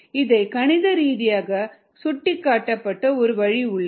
இதை கணிதரீதியாக சுட்டிக்காட்ட ஒரு வழி உள்ளது